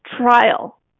trial